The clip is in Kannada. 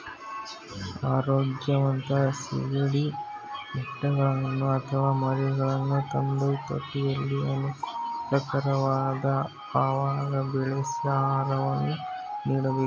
ಆರೋಗ್ಯವಂತ ಸಿಗಡಿ ಮೊಟ್ಟೆಗಳನ್ನು ಅಥವಾ ಮರಿಗಳನ್ನು ತಂದು ತೊಟ್ಟಿಯಲ್ಲಿ ಅನುಕೂಲಕರವಾದ ಅವಾಗ ಬೆಳೆಸಿ ಆಹಾರವನ್ನು ನೀಡಬೇಕು